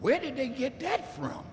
where did they get that from